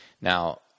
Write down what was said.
Now